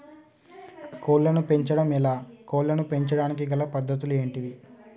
కోళ్లను పెంచడం ఎలా, కోళ్లను పెంచడానికి గల పద్ధతులు ఏంటివి?